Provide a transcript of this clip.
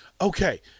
Okay